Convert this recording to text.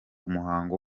umuhango